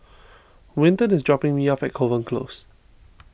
Winton is dropping me off at Kovan Close